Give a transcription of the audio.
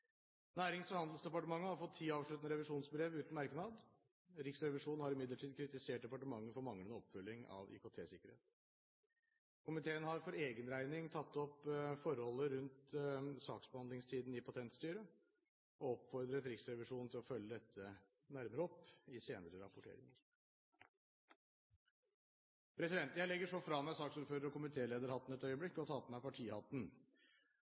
Nærings- og handelsdepartementet har fått ti avsluttende revisjonsbrev uten merknad. Riksrevisjonen har imidlertid kritisert departementet for manglende oppfølging av IKT-sikkerhet. Komiteen har for egen regning tatt opp forholdet rundt saksbehandlingstiden i Patentstyret og oppfordret Riksrevisjonen til å følge opp dette nærmere i senere rapporteringer. Jeg legger så fra meg saksordfører- og komitélederhatten et øyeblikk og tar på meg partihatten.